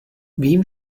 vím